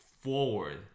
forward